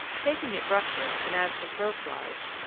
taking it roughly, and as the crow flies,